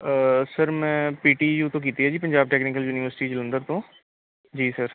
sir ਮੈਂ P T U ਤੋਂ ਕੀਤੀ ਹੈ ਜੀ ਪੰਜਾਬ ਟੈਕਨੀਕਲ ਯੂਨੀਵਰਸਿਟੀ ਜਲੰਧਰ ਤੋਂ ਜੀ ਸਰ